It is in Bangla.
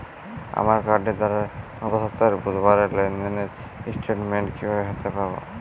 আমার কার্ডের দ্বারা গত সপ্তাহের বুধবারের লেনদেনের স্টেটমেন্ট কীভাবে হাতে পাব?